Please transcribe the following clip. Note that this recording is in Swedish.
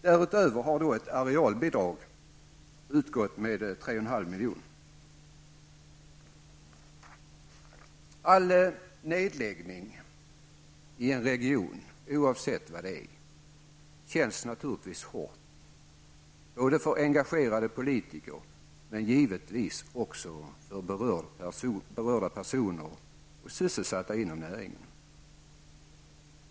Därutöver har det utgått ett arealbidrag med 3,5 milj.kr. All nedläggning i en region, oavsett vad det är, känns naturligtvis hård för engagerade politiker, men givetvis även för berörda personer och sysselsatta inom näringen.